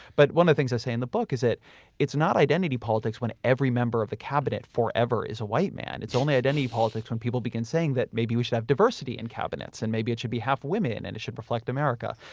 but one of the things i say in the book is that it's not identity politics when every member of the cabinet forever is a white man. it's only identity politics when people begin saying that maybe we should have diversity in cabinets and maybe it should be half women and it should reflect america.